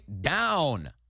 down